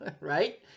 right